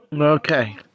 Okay